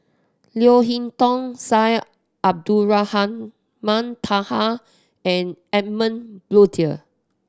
Leo Hee Tong Syed Abdulrahman Taha and Edmund Blundell